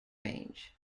range